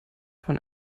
von